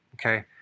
okay